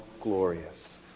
glorious